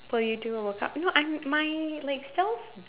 but you do work out no I am my like self